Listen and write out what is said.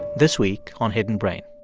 this week on hidden brain